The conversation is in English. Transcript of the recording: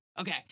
okay